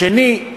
השני,